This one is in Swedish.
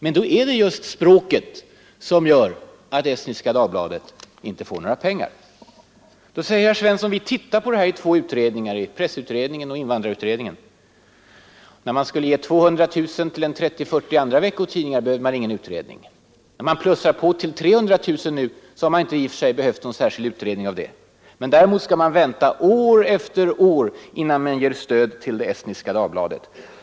Men då är det just språket som gör att Estniska Dagbladet inte får några pengar. Herr Svensson säger till slut att vi tittar på det här fallet i två utredningar, pressutredningen och invandrarutredningen. När man skulle ge 200 000 kronor till 30—40 veckotidningar behövde man ingen utredning och när man ökar till 300 000 kronor nu har man inte behövt någon särskild utredning. Däremot skall man vänta år efter år innan man ger stöd till Estniska Dagbladet.